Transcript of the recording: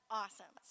awesome